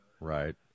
Right